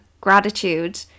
gratitude